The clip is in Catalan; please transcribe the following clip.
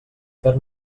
fer